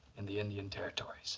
in the indian territory. so